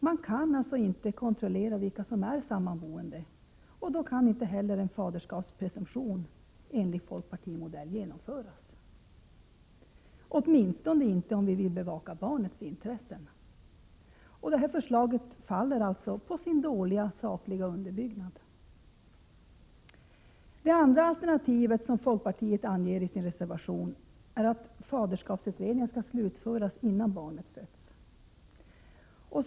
Man kan alltså inte kontrollera vilka som är sammanboende, och då kan inte heller en faderskapspresumtion enligt folkpartimodell genomföras, åtminstone inte om vi vill bevaka barnets intressen. Förslaget faller alltså på sin dåliga sakliga underbyggnad. Det alternativ som folkpartiet anger i sin reservation går ut på att faderskapsutredningen skall slutföras innan barnet har fötts.